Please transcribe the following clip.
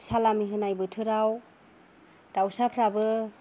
सालामि होनाय बोथोराव दाउसाफ्राबो